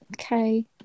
Okay